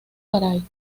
garay